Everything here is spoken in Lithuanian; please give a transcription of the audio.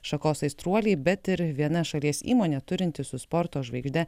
šakos aistruoliai bet ir viena šalies įmonė turinti su sporto žvaigžde